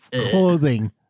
clothing